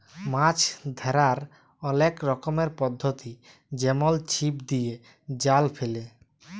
মাছ ধ্যরার অলেক রকমের পদ্ধতি যেমল ছিপ দিয়ে, জাল ফেলে